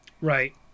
Right